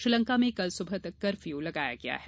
श्रीलंका में कल सुबह तक कर्फ्यू लगाया गया है